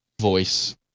voice